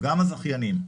גם הזכיינים.